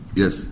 yes